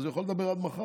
אז הוא יכול לדבר עד מחר.